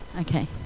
Okay